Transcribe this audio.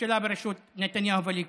ממשלה בראשות נתניהו והליכוד,